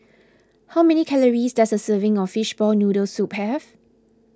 how many calories does a serving of Fishball Noodle Soup have